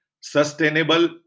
sustainable